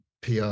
PR